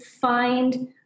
find